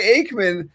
Aikman